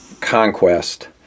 conquest